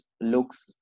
looks